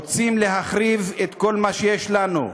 רוצים להחריב את כל מה שיש לנו,